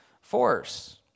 force